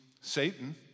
Satan